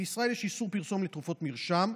בישראל יש איסור פרסום לתרופות מרשם.